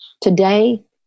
Today